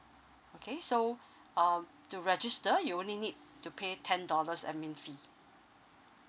okay so um to register you only need to pay ten dollars admin fee